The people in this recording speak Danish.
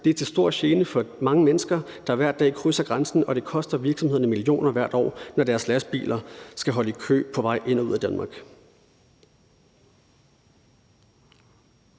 Den er til stor gene for mange mennesker, der hver dag krydser grænsen, og den koster virksomhederne millioner af kroner hvert år, når deres lastbiler skal holde i kø på vej ind og ud af Danmark.